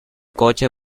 coche